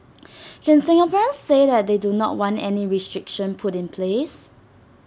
can Singaporeans say that they do not want any restriction put in place